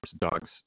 dogs